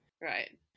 Right